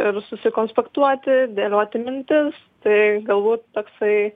ir susikonspektuoti dėlioti mintis tai galbūt toksai